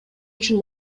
үчүн